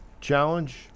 challenge